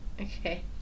Okay